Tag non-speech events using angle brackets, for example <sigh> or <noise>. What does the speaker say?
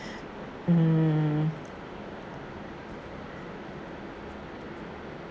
<breath> mm